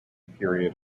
period